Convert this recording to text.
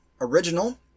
original